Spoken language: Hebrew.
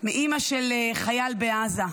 מאימא של חייל בעזה.